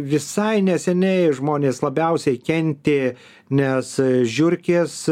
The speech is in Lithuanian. visai neseniai žmonės labiausiai kentė nes žiurkės